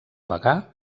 bagà